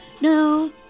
No